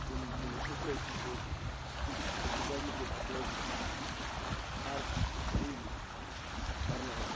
ییٚلہِ نہٕ تٔمِس ہیٚچھنووکھٕے کٲشُر تٔمِس چھُ گۄڈنِکی پٮ۪ٹھٕ لوٚگمُت فارسی اِنٛگلِش پَرناوُن